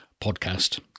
podcast